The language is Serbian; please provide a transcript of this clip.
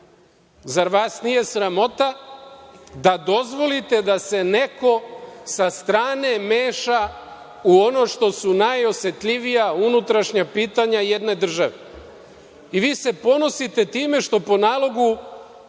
Zar vas nije sramota da dozvolite da se neko sa strane meša u ono što su najosetljivija unutrašnja pitanja jedne države? I vi se ponosite time što po nalogu